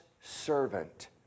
servant